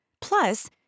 Plus